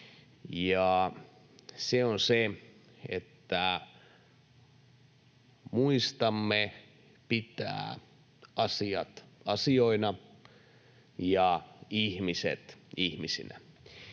se on se, että muistamme pitää asiat asioina ja ihmiset ihmisinä,